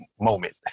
moment